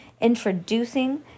Introducing